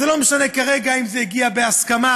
זה לא משנה כרגע אם זה הגיע בהסכמה,